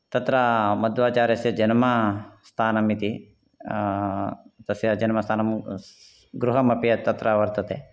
तत्र मध्वाचार्यस्य जन्मस्थानमिति तस्य जन्मस्थानं गृहमपि तत्र वर्तते